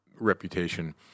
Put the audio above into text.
reputation